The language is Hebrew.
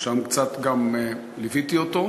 ושם גם קצת ליוויתי אותו,